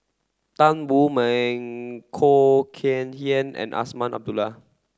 Tan Wu Meng Khoo Kay Hian and Azman Abdullah